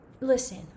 Listen